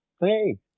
Hey